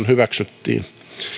hyväksyttiin